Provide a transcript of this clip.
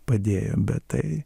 padėjo bet tai